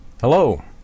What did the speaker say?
Hello